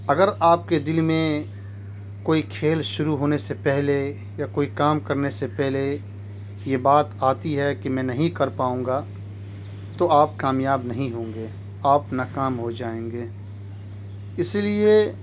اگر آپ کے دل میں کوئی کھیل شروع ہونے سے پہلے یا کوئی کام کرنے سے پہلے یہ بات آتی ہے کہ میں نہیں کر پاؤں گا تو آپ کامیاب نہیں ہوں گے آپ ناکام ہو جائیں گے اسی لیے